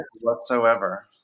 whatsoever